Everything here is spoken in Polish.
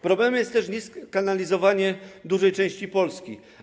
Problemem jest też nieskanalizowanie dużej części Polski.